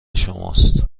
شماست